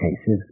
cases